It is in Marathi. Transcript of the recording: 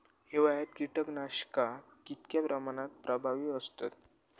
हिवाळ्यात कीटकनाशका कीतक्या प्रमाणात प्रभावी असतत?